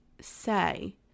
say